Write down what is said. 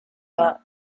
that